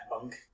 bunk